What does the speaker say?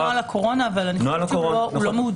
יש את נוהל הקורונה אבל אני חושבת שהוא לא מעודכן.